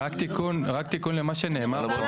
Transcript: רק תיקון למה שנאמר פה.